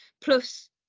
plus